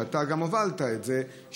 ואתה גם הובלת את זה,